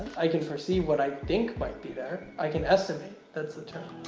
i can perceive what i think might be there. i can estimate, that's the term.